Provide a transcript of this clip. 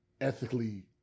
ethically